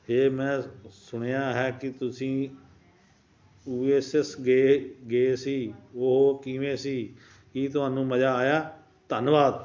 ਹੇ ਮੈਂ ਸੁਣਿਆ ਹੈ ਕਿ ਤੁਸੀਂ ਓਏਸਿਸ ਗੇ ਗਏ ਸੀ ਉਹ ਕਿਵੇਂ ਸੀ ਕੀ ਤੁਹਾਨੂੰ ਮਜ਼ਾ ਆਇਆ ਧੰਨਵਾਦ